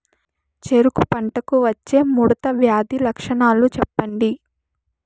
చెరుకు పంటకు వచ్చే ముడత వ్యాధి లక్షణాలు చెప్పండి?